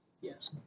Yes